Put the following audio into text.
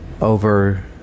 over